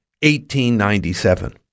1897